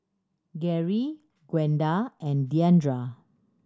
Garey Gwenda and Diandra